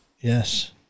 Yes